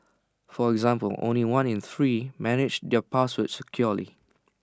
for example only one in three manage their passwords securely